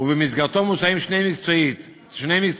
ובמסגרתו מוצעים שני מקצועות: